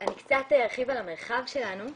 אני קצת ארחיב על המרחב שלנו.